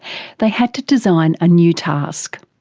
they had to design a new task.